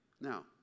Now